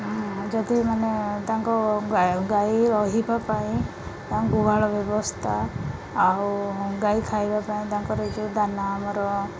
ଯଦି ମାନେ ତାଙ୍କ ଗାଈ ରହିବା ପାଇଁ ତାଙ୍କ ଗୁହାଳ ବ୍ୟବସ୍ଥା ଆଉ ଗାଈ ଖାଇବା ପାଇଁ ତାଙ୍କର ଯେଉଁ ଦାନା ଆମର